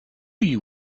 you